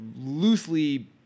loosely